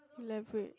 leverage